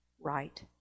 right